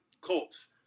Colts